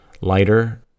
lighter